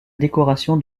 décoration